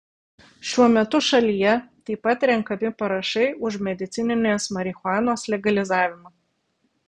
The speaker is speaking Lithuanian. šiuo metu šalyje taip pat renkami parašai už medicininės marihuanos legalizavimą